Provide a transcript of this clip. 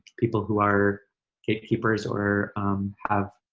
people who are gatekeepers or have.